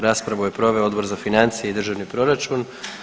Raspravu je proveo Odbor za financije i državni proračun.